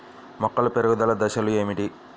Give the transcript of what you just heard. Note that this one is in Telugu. మొక్కల పెరుగుదల దశలు ఏమిటి?